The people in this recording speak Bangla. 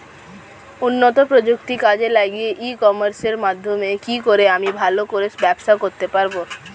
উন্নত প্রযুক্তি কাজে লাগিয়ে ই কমার্সের মাধ্যমে কি করে আমি ভালো করে ব্যবসা করতে পারব?